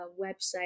website